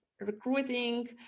recruiting